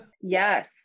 Yes